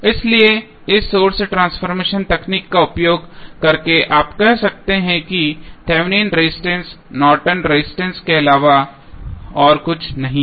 इसलिए इस source transformation तकनीक का उपयोग करके आप कह सकते हैं कि Thevenin resistance Norton resistance Nortons resistance के अलावा और कुछ नहीं है